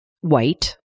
white